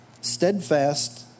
steadfast